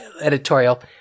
editorial